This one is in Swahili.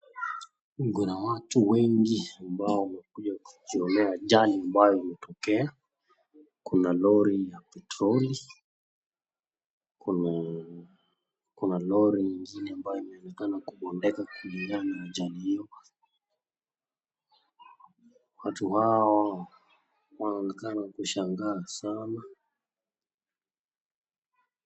Kuna watu wengi ambao wamekuja kujionea ajali ambayo imetokea ,kuna lori la petroli, kuna kunalori mzima ambayo imeonekana kubondeka kulingana na ajali hiyo watu hawa wanaonekana kushangaa sana.